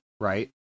right